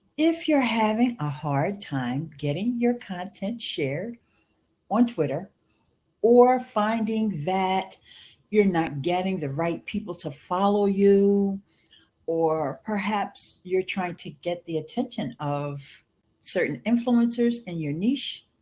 if you're having a hard time getting your content shared on twitter or finding that you're not getting the right people to follow you or perhaps you're trying to get the attention of certain influencers and your niche.